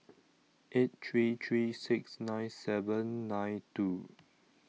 eight three three six nine seven nine two